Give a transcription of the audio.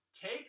Take